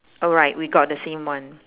alright we got the same one